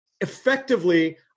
effectively